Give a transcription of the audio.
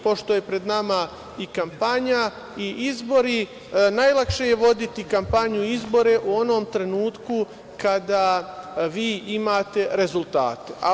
Pošto je pred nama i kampanja i izbori, najlakše je voditi kampanju i izbore u onom trenutku kada imate rezultate.